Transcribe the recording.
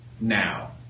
now